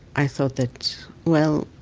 i thought that, well,